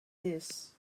this